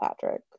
Patrick